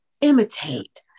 imitate